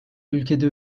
ülkede